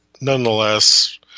nonetheless